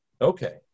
Okay